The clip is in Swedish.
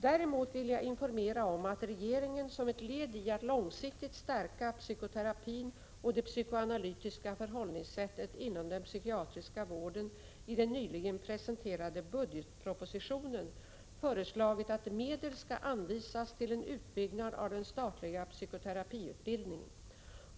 Däremot vill jag informera om att regeringen, som ett led i att långsiktigt stärka psykoterapin och det psykoanalytiska förhållningssättet inom den psykiatriska vården, i den nyligen presenterade budgetpropositionen föreslagit att medel skall anvisas till en utbyggnad av den statliga psykoterapiutbildningen.